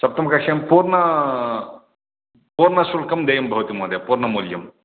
सप्तमकक्षायां पूर्ण पूर्णशुल्कं देयं भवति महोदय पूर्णमूल्यं